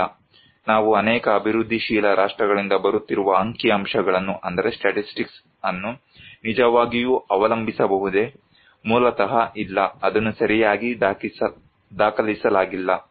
ಇಲ್ಲ ನಾವು ಅನೇಕ ಅಭಿವೃದ್ಧಿಶೀಲ ರಾಷ್ಟ್ರಗಳಿಂದ ಬರುತ್ತಿರುವ ಅಂಕಿಅಂಶಗಳನ್ನು ನಿಜವಾಗಿಯೂ ಅವಲಂಬಿಸಬಹುದೇ ಮೂಲತಃ ಇಲ್ಲ ಅದನ್ನು ಸರಿಯಾಗಿ ದಾಖಲಿಸಲಾಗಿಲ್ಲ